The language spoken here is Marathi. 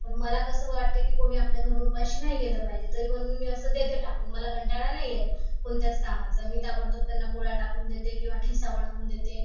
पण मला कसं वाटते की कोणी आपल्या घरून उपाशी नाही गेलं पाहिजे तरी पण मग मी असं देते टाकून मला कंटाळा नाही येत कोणत्याच कामाचा मी ताबडतोब त्यांना पोळ्या टाकून देते किंवा ठेचा बनवून देते